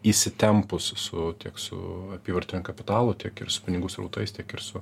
įsitempus su tiek su apyvartiniu kapitalu tiek ir su pinigų srautais tiek ir su